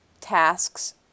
tasks